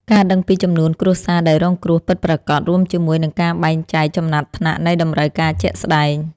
ការដឹងពីចំនួនគ្រួសារដែលរងគ្រោះពិតប្រាកដ រួមជាមួយនឹងការបែងចែកចំណាត់ថ្នាក់នៃតម្រូវការជាក់ស្ដែង។